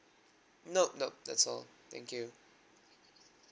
nope nope that's all thank you